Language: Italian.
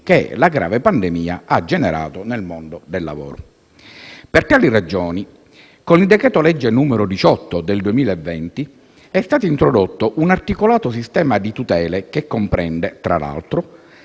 che la grave pandemia ha generato nel mondo del lavoro. Per tali ragioni, con il decreto-legge n. 18 del 2020 è stato introdotto un articolato sistema di tutele, che comprende, tra l'altro,